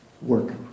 work